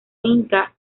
inca